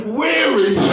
weary